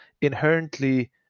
inherently